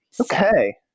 Okay